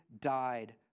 died